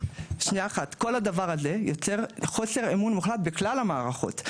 כל הדבר הזה יוצר חוסר אמון מוחלט בכלל המערכות,